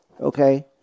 okay